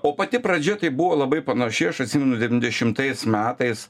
o pati pradžia tai buvo labai panaši aš atsimenu devyndešimtais metais